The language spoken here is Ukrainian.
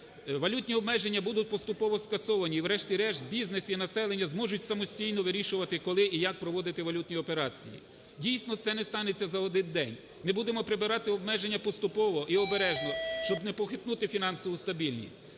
Валютні обмеження будуть поступово скасовані і врешті-решт бізнес і населення зможуть самостійно вирішувати, коли і як проводити валютні операції. Дійсно, це не станеться за один день. Ми будемо прибирати обмеження поступово і обережно, щоб не похитнути фінансову стабільність.